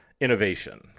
innovation